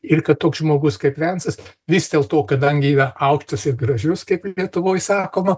ir kad toks žmogus kaip vencas vis dėlto kadangi yra aukštas ir gražius kaip lietuvoj sakoma